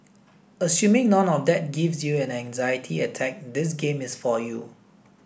assuming none of that gives you an anxiety attack this game is for you